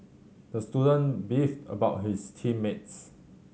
the student beefed about his team mates